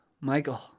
Michael